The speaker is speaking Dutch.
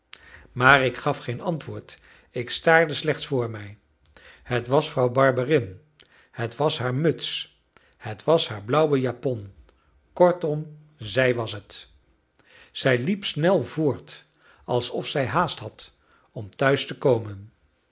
maar ik gaf geen antwoord ik staarde slechts voor mij het was vrouw barberin het was haar muts het was haar blauwe japon kortom zij was het zij liep snel voort alsof zij haast had om thuis te komen